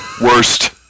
Worst